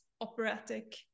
operatic